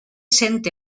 cent